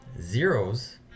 zeros